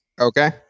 Okay